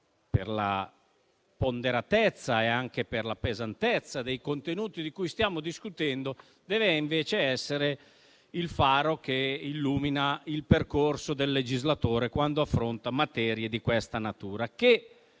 per la ponderatezza e anche per la pesantezza dei contenuti di cui stiamo discutendo, dev'essere il faro che illumina il percorso del legislatore quando affronta materie di questa natura. Se